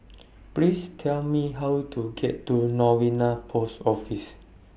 Please Tell Me How to get to Novena Post Office